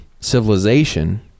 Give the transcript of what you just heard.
civilization